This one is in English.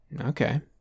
Okay